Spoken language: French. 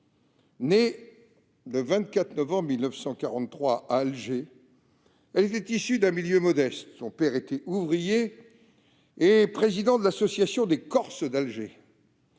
Née le 24 novembre 1943 à Alger, elle était issue d'un milieu modeste : son père était ouvrier et président de l'Association des Corses d'Alger